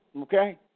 Okay